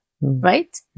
Right